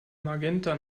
magenta